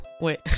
wait